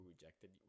rejected